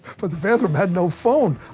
but the bathroom had no phone!